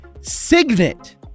Signet